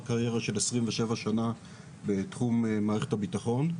לאחר קריירה של 27 שנה בתחום מערכת הביטחון.